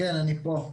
כן אני פה.